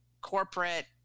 corporate